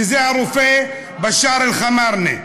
שזה הרופא בשאר אל-חמארנה.